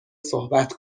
صحبت